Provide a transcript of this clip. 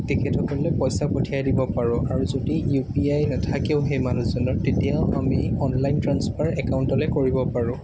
তেখেতসকললৈ পইচা পঠিয়াই দিব পাৰোঁ যদি ইউ পি আই নাথাকেও সেই মানুহজনৰ তেতিয়াওঁ আমি অনলাইন ট্ৰেন্সফাৰ একাউণ্টলৈ কৰিব পাৰোঁ